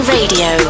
Radio